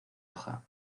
hoja